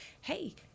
Hey